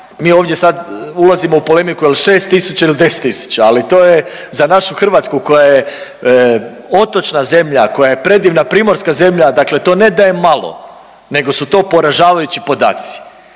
Mi ovdje sad ulazimo u polemiku je li 6000 ili 10 000, ali to je za našu Hrvatsku koja je otočna zemlja, koja je predivna primorska zemlja, dakle to ne da je malo nego su to poražavajući podaci